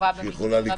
חשובה במקרים רבים.